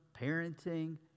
parenting